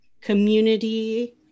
community